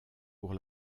pour